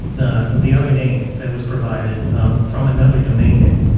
the the other name that was provided from another domain name.